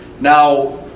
Now